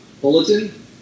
bulletin